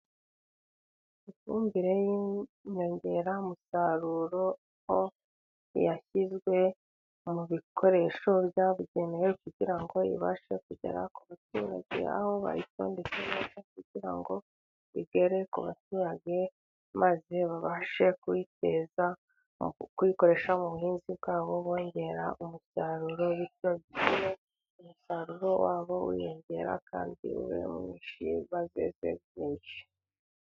Ifumbire y'inyongeramusaruro, aho yashyizwe mu bikoresho byabugenewe kugira ngo ibashe kugera ku baturage aho bayitondetsetse neza, kugira ngo igere ku baturage, maze babashe kuyiteza kuyikoresha mu buhinzi bwabo bongera umusaruro, bityo bigire umusaruro wabo wiyongera kandi ube mwinshi bazeze byinshi.